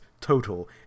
total